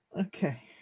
Okay